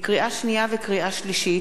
לקריאה שנייה ולקריאה שלישית: